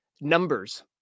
numbers